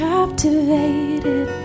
Captivated